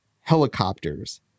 helicopters